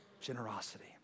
Generosity